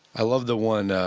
i love the one,